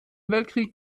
weltkrieg